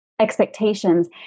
expectations